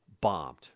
Bombed